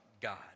God